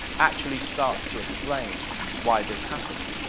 actually starts to explain why this happened.